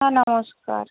হ্যাঁ নমস্কার